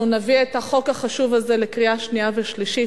נביא את החוק החשוב הזה לקריאה שנייה ושלישית.